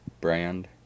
brand